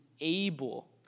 able